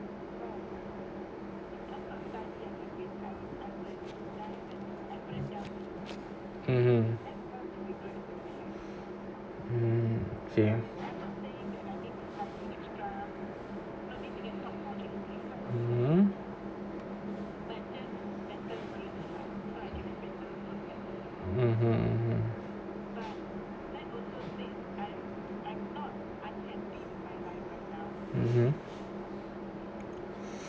(uh huh) hmm mmhmm (uh huh)